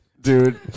Dude